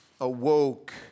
awoke